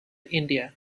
india